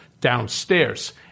downstairs